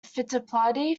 fittipaldi